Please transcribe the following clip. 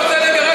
הוא בז למדינה.